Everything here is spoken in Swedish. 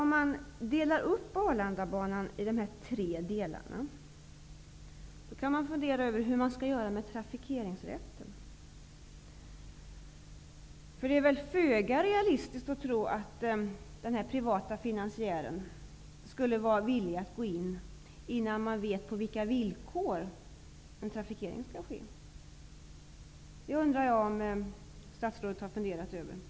Om man delar upp Arlandabanan i tre delar och funderar över hur man skall göra med trafikeringsrätten, finner man att det väl är föga realistiskt att tro att den privata finansiären skulle vara villig att gå in innan man vet på vilka villkor en trafikering skall ske. Jag undrar om statsrådet har funderat över detta.